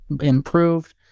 improved